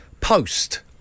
Post